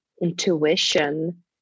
intuition